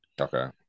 Okay